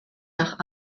nach